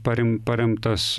parim paremtas